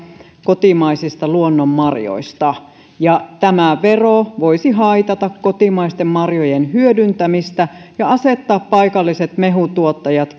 kotimaisista luonnonmarjoista ja tämä vero voisi haitata kotimaisten marjojen hyödyntämistä ja asettaa paikalliset mehutuottajat